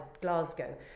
Glasgow